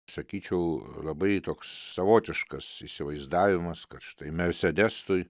sakyčiau labai toks savotiškas įsivaizdavimas kad štai mersedesui